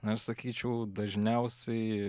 aš sakyčiau dažniausiai